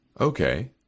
Okay